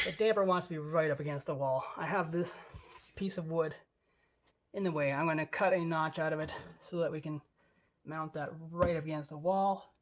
damper wants to be right up against the wall. i have this piece of wood in the way. i'm gonna cut a notch out of it so that we can mount that right up against the wall.